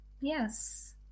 yes